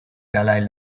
dalaï